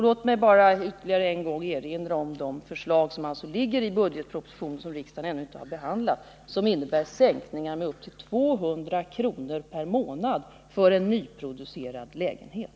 Låt mig bara ytterligare en gång erinra om de förslag som finns i budgetpropositionen, som riksdagen ännu inte behandlat, och som innebär en sänkning med upp till 200 kr. per månad för en nyproducerad lägenhet.